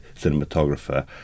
cinematographer